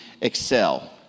excel